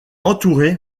entouré